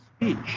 speech